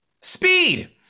Speed